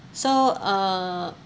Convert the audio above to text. so uh